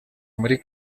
muri